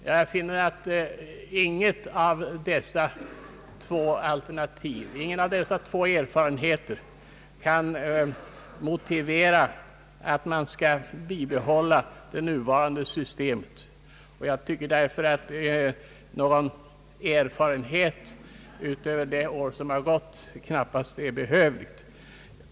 Jag finner att ingendera av dessa två erfarenheter kan motivera att det nuvarande systemet bibehålles. Jag anser därför att någon erfarenhet utöver den som vunnits under det år som gått knappast är behövlig.